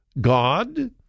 God